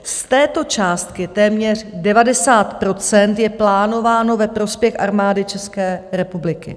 Z této částky téměř 90 % je plánováno ve prospěch Armády České republiky.